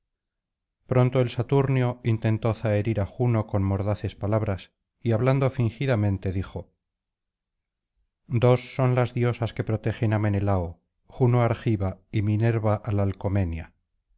pronto el saturnio intentó zaherir á juno con mordaces palabras y hablando fingidamente dijo dos son las diosas que protegen á menelao juno argiva y minerva alalcomenia